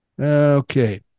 Okay